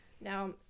now